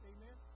Amen